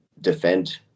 defend